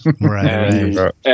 Right